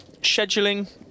Scheduling